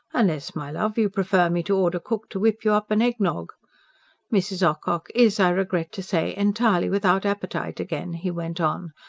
unless, my love, you prefer me to order cook to whip you up an egg-nog mrs. ocock is, i regret to say, entirely without appetite again, he went on,